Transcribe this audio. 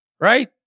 right